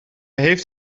heeft